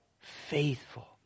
Faithful